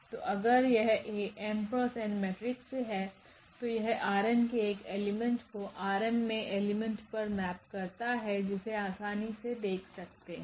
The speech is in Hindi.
तो अगर यह A𝑚×𝑛मेट्रिक्स है तो यह ℝ𝑛 के एक एलिमेंट को ℝ𝑚 मे एलिमेंट पर मैप करता है जिसे आसानी से देख सकते हैं